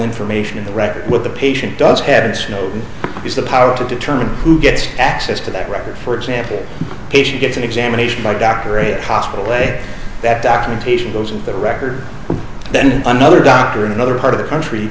information in the record what the patient does have and snowden has the power to determine who gets access to that record for example patient gets an examination by doctor a hospital way that documentation goes into the record then another doctor in another part of the country